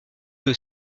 que